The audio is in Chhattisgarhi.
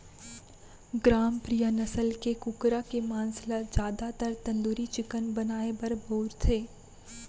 ग्रामप्रिया नसल के कुकरा के मांस ल जादातर तंदूरी चिकन बनाए बर बउरथे